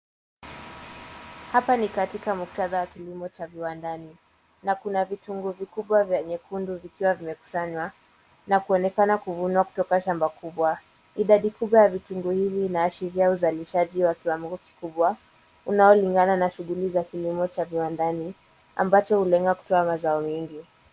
Hapa ni katika muktadha wa kilimo cha viwandani na kuna vitunguu vikubwa vya nyekundu vikiwa vimekusanywa na kuonekana kuvunwa katika shamba kubwa. Idadi kubwa ya vitunguu hivi inaashiria uzalishaji wa kiwango kikubwa unaolingana na shughuli za kilimo cha viwandani ambacho hulenga kutoa mazao mingi.